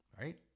Right